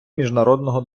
міжнародного